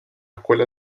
escuela